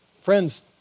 Friends